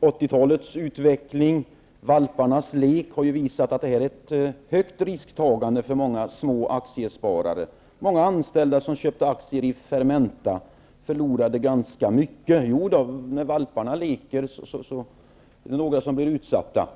80-talets utveckling, valparnas lek, har visat att det är ett högt risktagande för många småaktiesparare. Många anställda som köpte aktier i Fermenta förlorade ganska mycket. Jodå, när valparna leker är det några som blir utsatta.